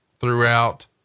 throughout